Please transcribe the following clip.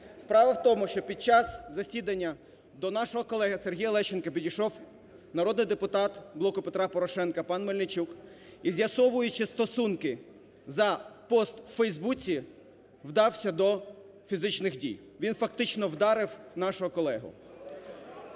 Справа в тому, що під час засідання до нашого колеги Сергія Лещенка підійшов народний депутат "Блоку Петра Порошенка" пан Мельничук і, з'ясовуючи стосунки за пост у "Фейсбуці", вдався до фізичних дій. Він, фактично, вдарив нашого колегу.